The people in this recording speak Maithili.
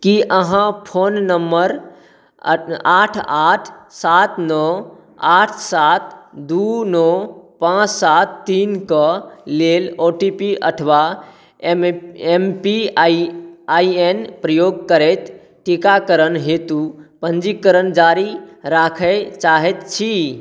कि अहाँ फोन नम्बर आठ आठ सात नओ आठ सात दुइ नओ पाँच सात तीनके लेल ओ टी पी अथवा एम पी आइ एन प्रयोग करैत टीकाकरण हेतु पञ्जीकरण जारी राखऽ चाहै छी